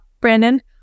Brandon